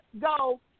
go